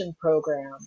program